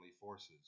forces